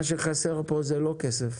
מה שחסר פה זה לא כסף,